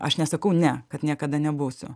aš nesakau ne kad niekada nebūsiu